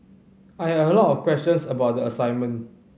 I had a lot of questions about the assignment